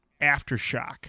Aftershock